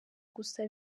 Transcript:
gusa